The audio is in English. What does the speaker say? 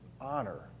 honor